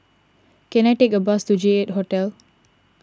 can I take a bus to J eight Hotel